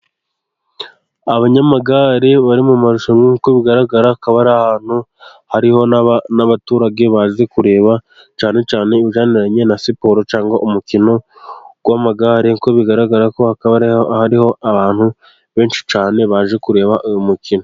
Abanyamagare bari mu marushanwa, uko bigaragara akaba ari ahantu hari n'abaturage baje kureba, cyane cyane ibijyananiranye na siporo cyangwa umukino w'amagare, kuko bigaragara hakaba hariho abantu benshi cyane baje kureba uyu mukino.